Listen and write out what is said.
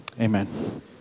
Amen